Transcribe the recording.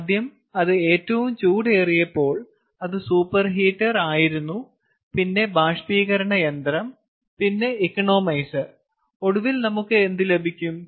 ആദ്യം അത് ഏറ്റവും ചൂടേറിയപ്പോൾ അത് സൂപ്പർഹീറ്റർ ആയിരുന്നു പിന്നെ ബാഷ്പീകരണ യന്ത്രം പിന്നെ ഇക്കണോമൈസർ ഒടുവിൽ നമുക്ക് എന്ത് ലഭിക്കും